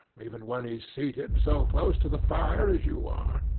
even when he's seated so close to the fire as you are.